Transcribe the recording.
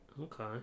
Okay